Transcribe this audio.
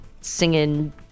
singing